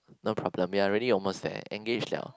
no problem we are already almost there engage [liao]